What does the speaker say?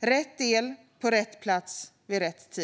rätt el på rätt plats vid rätt tid.